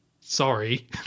sorry